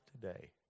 today